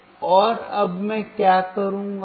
तो और अब मैं क्या करूंगा